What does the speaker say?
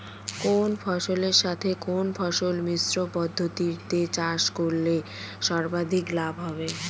কোন ফসলের সাথে কোন ফসল মিশ্র পদ্ধতিতে চাষ করলে সর্বাধিক লাভ হবে?